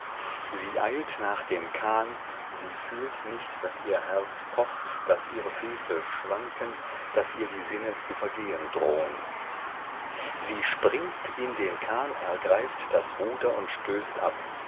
sie eilt nach dem kahn sie fühlt nicht daß ihr herz pocht daß ihre füße schwanken daß ihr die sinne zu vergehen drohn sie springt in den kahn ergreift das ruder und stößt ab